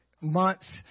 month's